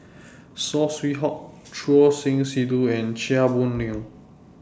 Saw Swee Hock Choor Singh Sidhu and Chia Boon Leong